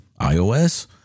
iOS